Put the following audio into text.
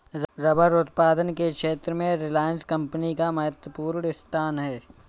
rubber उत्पादन के क्षेत्र में रिलायंस कम्पनी का महत्त्वपूर्ण स्थान है